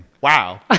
wow